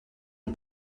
une